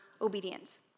obedience